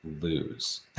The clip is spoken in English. lose